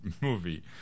movie